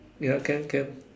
ya can can